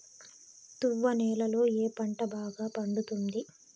తువ్వ నేలలో ఏ పంట బాగా పండుతుంది?